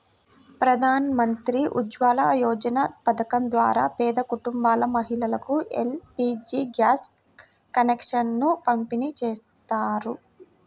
ప్రధాన్ మంత్రి ఉజ్వల యోజన పథకం ద్వారా పేద కుటుంబాల మహిళలకు ఎల్.పీ.జీ గ్యాస్ కనెక్షన్లను పంపిణీ చేస్తారు